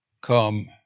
come